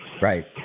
Right